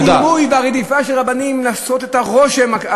תודה.